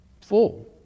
Full